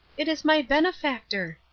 it is my benefactor.